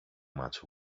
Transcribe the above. much